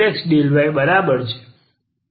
એટલે કે તે 2f∂x∂y બરાબર છે